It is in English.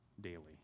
daily